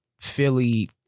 Philly